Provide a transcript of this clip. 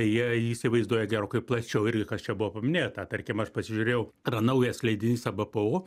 jie įsivaizduoja gerokai plačiau irgi kas čia buvo paminėta tarkim aš pasižiūrėjau yra naujas leidinys ebpo